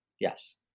Yes